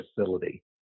facility